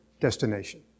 destination